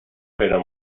pero